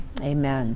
Amen